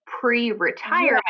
pre-retirement